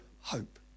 hope